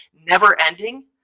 never-ending